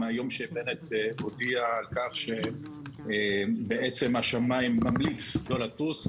מהיום שבנט הודיע על כך שהוא ממליץ לא לטוס.